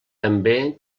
també